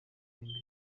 imbere